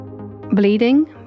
bleeding